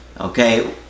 Okay